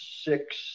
six